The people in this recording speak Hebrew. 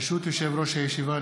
ברשות יושב-ראש הישיבה,